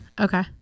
okay